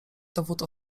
dowód